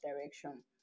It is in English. direction